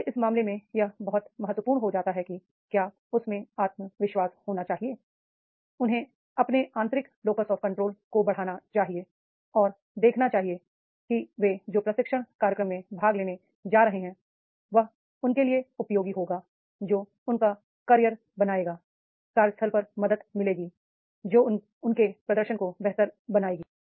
इसलिए इस मामले में यह बहुत महत्वपूर्ण हो जाता है कि क्या उनमें आत्मविश्वास होना चाहिए उन्हें अपने आंतरिक लोकस आफ कंट्रोल को बढ़ाना चाहिए और देखना चाहिए कि वे जो प्रशिक्षण कार्यक्रम में भाग लेने जा रहे हैं वह उनके लिए उपयोगी होगा जो उनका करियर बनाएगा कार्यस्थल पर मदद मिलेगी जो उनके प्रदर्शन को बेहतर बनाएगी